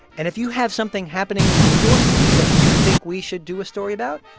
and if you have something happening in your city that you think we should do a story about,